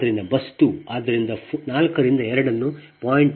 ಆದ್ದರಿಂದ ಬಸ್ 2 ಆದ್ದರಿಂದ 4 ರಿಂದ 2 ಅನ್ನು 0